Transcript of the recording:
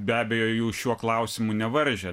be abejo jų šiuo klausimu nevaržė